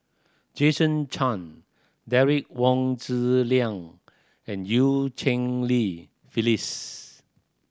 Jason Chan Derek Wong Zi Liang and Eu Cheng Li Phyllis